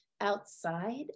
outside